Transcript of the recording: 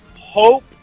hope